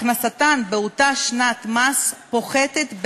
הכנסתן באותה שנת מס פוחתת,